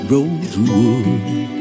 Rosewood